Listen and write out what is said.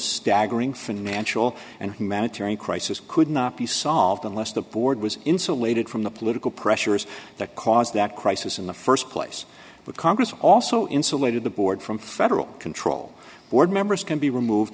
staggering financial and humanitarian crisis could not be solved unless the board was insulated from the political pressures that caused that crisis in the st place but congress also insulated the board from federal control board members can be removed